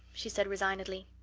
she said resignedly.